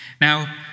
Now